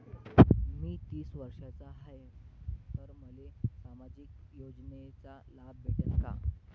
मी तीस वर्षाचा हाय तर मले सामाजिक योजनेचा लाभ भेटन का?